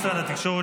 משרד התקשורת,